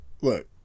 look